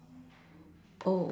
oh